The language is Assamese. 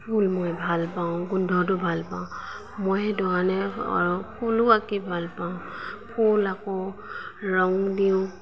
ফুল মই ভাল পাওঁ গোন্ধটো ভাল পাওঁ মই সেইটো কাৰণে আৰু ফুলো আঁকি ভাল পাওঁ ফুল আঁকো ৰঙ দিওঁ